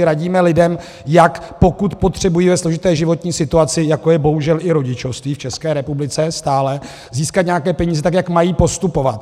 Radíme lidem, jak, pokud potřebují ve složité životní situaci, jako je bohužel i rodičovství v České republice stále, získat nějaké peníze, jak mají postupovat.